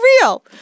real